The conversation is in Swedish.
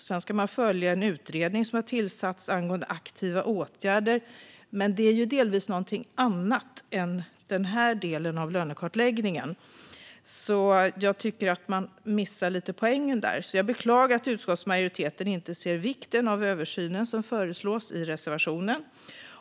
Sedan ska man följa en utredning som har tillsatts angående aktiva åtgärder, men den rör ju delvis något annat än den här delen av lönekartläggningen. Jag tycker att man där missar poängen lite och beklagar att utskottsmajoriteten inte ser vikten av den översyn som föreslås i reservationen.